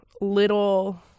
little